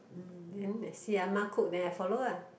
mm then I see Ah-Ma cook then I follow ah